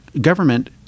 government